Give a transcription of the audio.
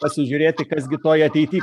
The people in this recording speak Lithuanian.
pasižiūrėti kas gi toj ateity